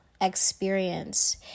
experience